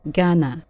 Ghana